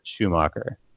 schumacher